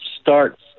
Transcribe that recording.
starts